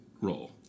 role